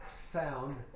sound